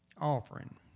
offering